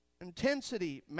Intensity